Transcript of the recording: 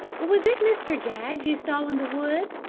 was it mr. jaggs you saw in the wood?